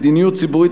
מדיניות ציבורית,